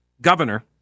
governor